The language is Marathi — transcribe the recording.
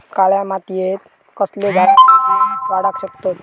काळ्या मातयेत कसले झाडा बेगीन वाडाक शकतत?